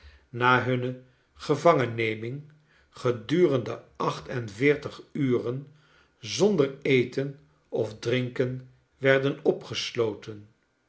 na hunne gevangenneming gedurende acht en veertig uren zonder eten of drinken werden opgesloten